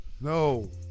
No